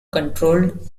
controlled